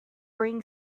bring